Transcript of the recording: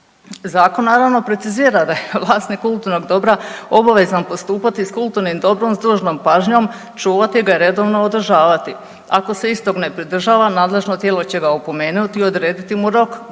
Zakon naravno precizira da je vlasnik kulturnog dobra obavezan postupati s kulturnim dobrom s dužnom pažnjom, čuvati ga i redovno održavati. Ako se istog ne pridržava nadležno tijelo će ga opomenuti i odrediti mu rok do